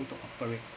to operate